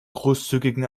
großzügigen